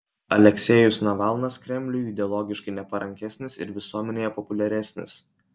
aleksejus navalnas kremliui ideologiškai neparankesnis ir visuomenėje populiaresnis